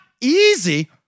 easy